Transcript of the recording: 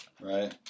right